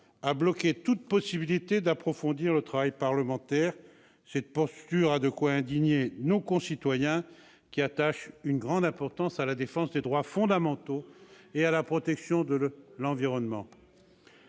a bloqué toute possibilité d'approfondir le travail parlementaire. Cette posture a de quoi indigner nos concitoyens, qui attachent une grande importance à la défense des droits fondamentaux et à la protection de l'environnement.